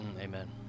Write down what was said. Amen